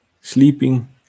sleeping